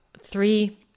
three